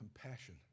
compassion